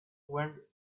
where